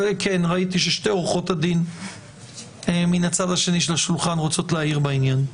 עורכת הדין איילת רזין, בבקשה.